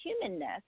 humanness